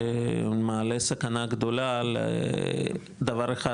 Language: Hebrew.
שמעלה סכנה גדולה לדבר אחד,